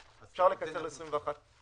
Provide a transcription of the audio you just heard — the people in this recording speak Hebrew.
זה אפילו לא מוכפל ב-0.5,